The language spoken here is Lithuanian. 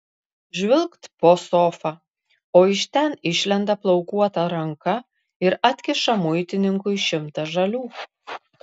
žvilgt po sofa o iš ten išlenda plaukuota ranka ir atkiša muitininkui šimtą žalių